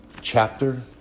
chapter